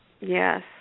Yes